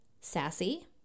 sassy